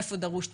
איפה דרוש תקצוב,